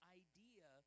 idea